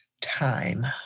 time